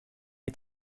est